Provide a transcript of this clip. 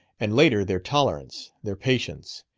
and later their tolerance, their patience,